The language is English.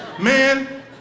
man